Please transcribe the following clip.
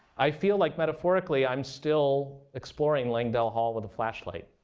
i feel like metaphorically i'm still exploring langdell hall with a flashlight.